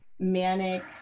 manic